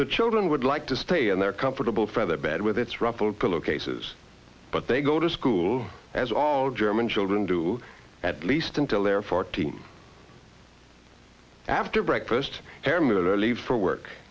the children would like to stay in their comfortable feather bed with its ruffled pillow cases but they go to school as all german children do at least until they're fourteen after breakfast ham that i leave for work